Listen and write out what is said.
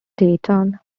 dayton